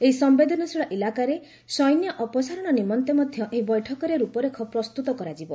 ଏହି ସମ୍ବେଦନଶୀଳ ଇଲାକାରେ ସୈନ୍ୟ ଅପସାରଣ ନିମନ୍ତେ ମଧ୍ୟ ଏହି ବୈଠକରେ ରୂପରେଖ ପ୍ରସ୍ତୁତ କରାଯିବ